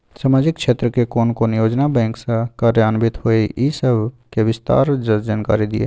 सामाजिक क्षेत्र के कोन कोन योजना बैंक स कार्यान्वित होय इ सब के विस्तार स जानकारी दिय?